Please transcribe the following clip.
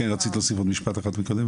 כן, רצית להוסיף עוד משפט אחד מקודם?